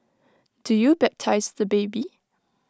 do you baptise the baby